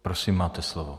Prosím máte slovo.